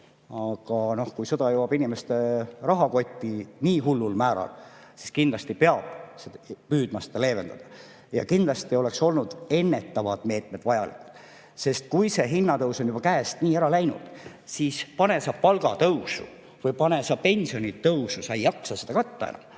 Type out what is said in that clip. Aga kui sõda jõuab inimeste rahakotti nii hullul määral, siis kindlasti peab püüdma seda leevendada. Ja kindlasti oleks ennetavad meetmed olnud vajalikud, sest kui hinnatõus on niivõrd käest ära läinud, siis pane sa [raha] palgatõusu või pane sa pensionitõusu, sa ei jaksa seda enam